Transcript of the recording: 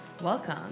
Welcome